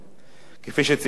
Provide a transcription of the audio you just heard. כפי שציינתי בראשית דברי,